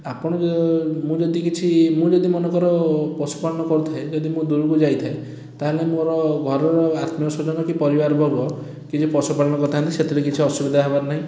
ଆପଣ ଜ ମୁଁ ଯଦି କିଛି ମୁଁ ଯଦି ମନେକର ପଶୁପାଳନ କରୁଥାଏ ଯଦି ମୁଁ ଦୂରକୁ ଯାଇଥାଏ ତା'ହେଲେ ମୋର ଘରର ଆତ୍ମୀୟ ସ୍ୱଜନ କି ପରିବାର ବର୍ଗ କିଛି ପଶୁପାଳନ କରିଥାନ୍ତେ ସେଥିରେ କିଛି ଅସୁବିଧା ହେବାର ନାହିଁ